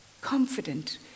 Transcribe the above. confident